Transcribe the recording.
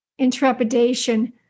intrepidation